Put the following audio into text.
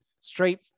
straight